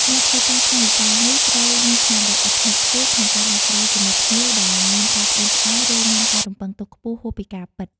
អ្នកធ្វើការក្នុងវិស័យនេះត្រូវមានស្មារតីអត់ធ្មត់ខ្ពស់ក្នុងការដោះស្រាយជាមួយភ្ញៀវដែលមានការត្អូញត្អែរ ឬមានការរំពឹងទុកខ្ពស់ហួសពីការពិត។